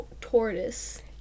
tortoise